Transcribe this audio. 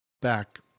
back